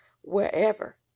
wherever